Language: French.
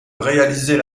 réaliser